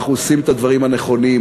אנחנו עושים את דברים הנכונים,